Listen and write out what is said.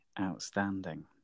outstanding